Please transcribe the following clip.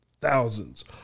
thousands